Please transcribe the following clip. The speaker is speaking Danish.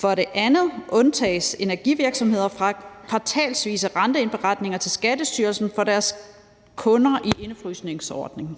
For det andet undtages energivirksomheder fra kvartalsvise renteindberetninger til Skattestyrelsen for deres kunder i indefrysningsordningen.